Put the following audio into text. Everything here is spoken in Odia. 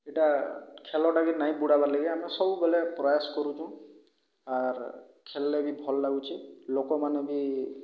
ଏଟା ଖେଳଟା ବି ନାଇଁ ବୁଡ଼ାବାର୍ ଲାଗି ଆମେ ସବୁବେଳେ ପ୍ରୟାସ କରୁଚୁଁ ଆର୍ ଖେଳ୍ଲେ ବି ଭଲ୍ ଲାଗୁଚେ ଲୋକମାନେ ବି